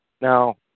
Now